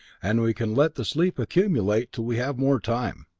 and we can let the sleep accumulate till we have more time!